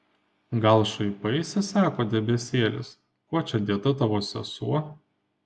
gal šaipaisi sako debesėlis kuo čia dėta tavo sesuo